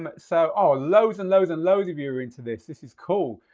um so, oh loads and loads and loads of you into this. this is cool,